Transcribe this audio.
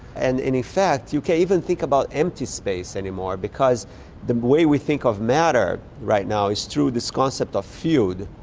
and in fact you can't even think about empty space any more because the way we think of matter right now is through this concept field,